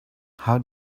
how